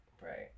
Right